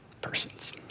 person's